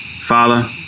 father